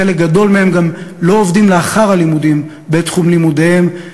חלק גדול מהם גם לא עובדים לאחר הלימודים בתחום לימודיהם,